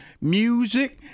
music